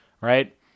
right